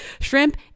shrimp